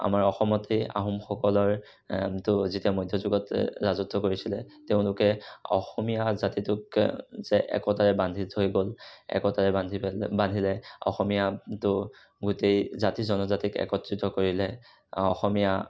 আমাৰ অসমতে আহোমসকলৰ ত' যেতিয়া যিটো মধ্যযুগত ৰাজত্ব কৰিছিলে তেওঁলোকে অসমীয়া জাতিটোক যে একতাৰে বান্ধি থৈ গ'ল একতাৰে বান্ধি পে বান্ধিলে অসমীয়া ত' গোটেই জাতি জনজাতিক একত্ৰিত কৰিলে অসমীয়া